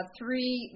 three